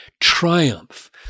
triumph